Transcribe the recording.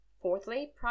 Fourthly